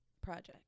project